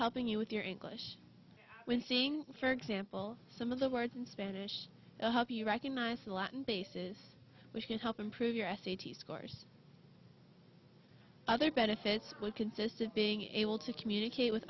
helping you with your english with seeing for example some of the words in spanish help you recognize the latin pieces which can help improve your s a t s scores other benefits would consist of being able to communicate with